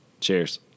Cheers